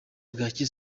bwaki